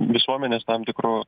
visuomenės tam tikru